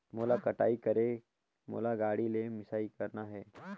मोला कटाई करेके मोला गाड़ी ले मिसाई करना हे?